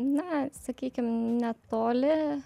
na sakykim netoli